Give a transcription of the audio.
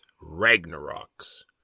Ragnarok's